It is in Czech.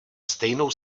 stejnou